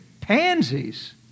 pansies